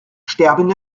sterben